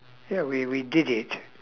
ya we we did it